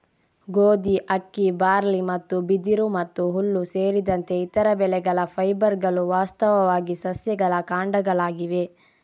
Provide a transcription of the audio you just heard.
ಗೋಧಿ, ಅಕ್ಕಿ, ಬಾರ್ಲಿ ಮತ್ತು ಬಿದಿರು ಮತ್ತು ಹುಲ್ಲು ಸೇರಿದಂತೆ ಇತರ ಬೆಳೆಗಳ ಫೈಬರ್ಗಳು ವಾಸ್ತವವಾಗಿ ಸಸ್ಯಗಳ ಕಾಂಡಗಳಾಗಿವೆ